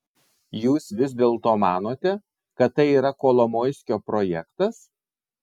jūs vis dėlto manote kad tai yra kolomoiskio projektas